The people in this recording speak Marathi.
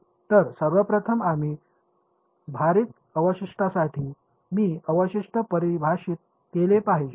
तर सर्वप्रथम भारित अवशिष्टांसाठी मी अवशिष्ट परिभाषित केले पाहिजे